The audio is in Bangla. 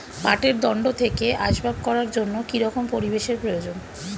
পাটের দণ্ড থেকে আসবাব করার জন্য কি রকম পরিবেশ এর প্রয়োজন?